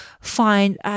find